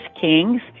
kings